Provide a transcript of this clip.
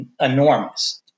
enormous